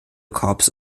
korps